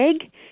egg